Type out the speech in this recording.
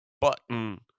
button